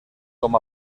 com